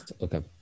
Okay